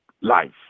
life